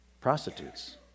prostitutes